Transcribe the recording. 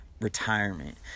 retirement